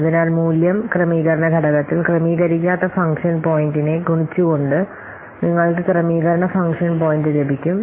അതിനാൽ മൂല്യം ക്രമീകരണ ഘടകത്തിൽ ക്രമീകരിക്കാത്ത ഫംഗ്ഷൻ പോയിന്റിനെ ഗുണിച്ചുകൊണ്ട് നിങ്ങൾക്ക് ക്രമീകരണ ഫംഗ്ഷൻ പോയിന്റ് ലഭിക്കും